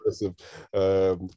impressive